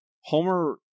Homer